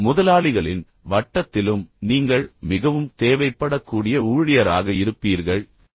முதலாளிகளின் வட்டத்திலும் நீங்கள் மிகவும் தேவைப்படக்கூடிய ஊழியராக இருப்பீர்கள் எனவே அவர்கள் உங்களைப் போன்றவர்களைத் தேடுகிறார்கள்